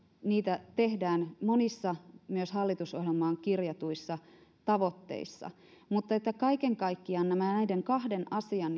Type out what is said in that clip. niitä tehdään monissa myös hallitusohjelmaan kirjatuissa tavoitteissa mutta kaiken kaikkiaan näiden kahden asian